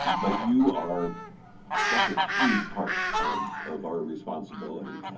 but you are such a huge part of of our responsibility.